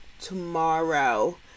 tomorrow